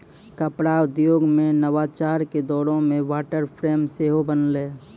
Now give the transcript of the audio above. कपड़ा उद्योगो मे नवाचार के दौरो मे वाटर फ्रेम सेहो बनलै